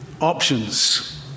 Options